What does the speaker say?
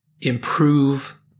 improve